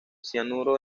cianuro